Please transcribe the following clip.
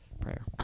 prayer